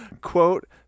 Quote